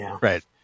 Right